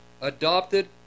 adopted